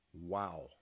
Wow